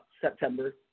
September